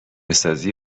سازی